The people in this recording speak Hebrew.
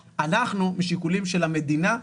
אנחנו, משיקולים של המדינה,